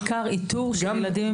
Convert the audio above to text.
בעיקר איתור של ילדים עם צרכים מיוחדים.